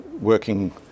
working